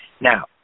Now